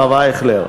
הרב אייכלר,